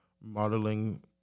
modeling